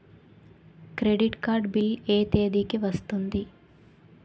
Credit card bill ఎ తేదీ కి వస్తుంది?